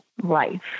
life